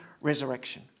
resurrection